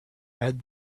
add